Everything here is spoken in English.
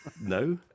no